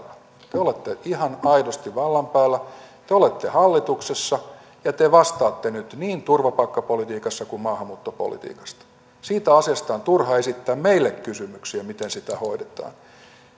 te olette ihan aidosti vallan päällä te olette hallituksessa ja te vastaatte nyt niin turvapaikkapolitiikasta kuin maahanmuuttopolitiikasta siitä asiasta on turha esittää meille kysymyksiä miten niitä hoidetaan